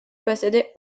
possédaient